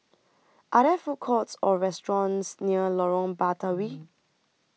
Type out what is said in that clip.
Are There Food Courts Or restaurants near Lorong Batawi